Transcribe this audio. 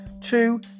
two